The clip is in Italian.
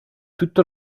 tutto